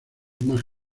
más